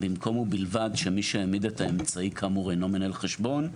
במקום ובלבד שמי שהעמיד את האמצעי כאמור אינו מנהל חשבון,